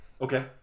Okay